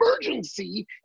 emergency